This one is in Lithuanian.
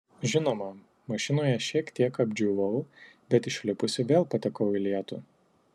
žinoma mašinoje šiek tiek apdžiūvau bet išlipusi vėl patekau į lietų